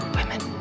Women